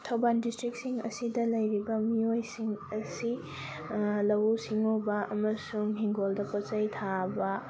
ꯊꯧꯕꯥꯜ ꯗꯤꯁꯇ꯭ꯔꯤꯛꯁꯤꯡ ꯑꯁꯤꯗ ꯂꯩꯔꯤꯕ ꯃꯤꯌꯣꯏꯁꯤꯡ ꯑꯁꯤ ꯂꯧꯎ ꯁꯤꯡꯉꯨꯕ ꯑꯃꯁꯨꯡ ꯏꯪꯈꯣꯜꯗ ꯄꯣꯠꯆꯩ ꯊꯥꯕ